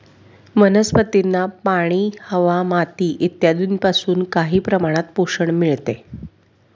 वनस्पतींना पाणी, हवा, माती इत्यादींपासून काही प्रमाणात पोषण मिळते